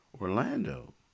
Orlando